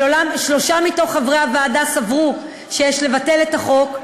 שלושה מתוך חברי הוועדה סברו שיש לבטל את החוק,